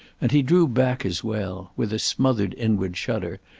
and he drew back as well, with a smothered inward shudder,